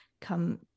come